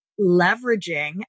leveraging